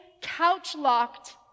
couch-locked